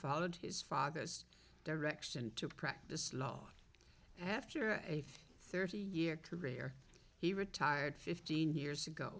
followed his father's direction to practice law after a thirty year career he retired fifteen years ago